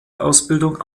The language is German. ausbildung